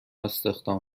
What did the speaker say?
استخدام